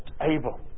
able